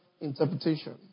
interpretation